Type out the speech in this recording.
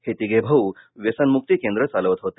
हे तिघे भाऊ व्यसनमुक्ती केंद्र चालवत होते